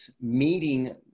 meeting